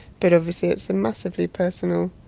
but obviously it's a massively personal,